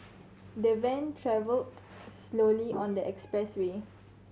the van travelled slowly on the expressway